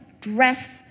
dress